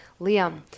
Liam